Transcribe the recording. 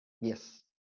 Yes